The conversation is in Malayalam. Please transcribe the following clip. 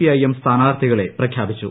ഐഐം സ്ഥാനാർത്ഥികളെ പ്രഖ്യാപിച്ചു